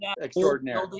extraordinary